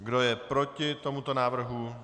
Kdo je proti tomuto návrhu?